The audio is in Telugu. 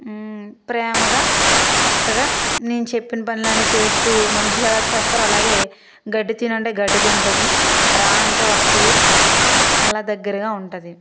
ప్రేమగా చక్కగా నేను చెప్పిన పనులన్నీ చేస్తు మనుషులు ఎలా చేస్తారో అలాగే గడ్డి తిను అంటే గడ్డి తింటుంది రా అంటే వస్తుంది అలా దగ్గరగా ఉంటుంది